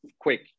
quick